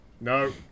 No